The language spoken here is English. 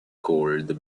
called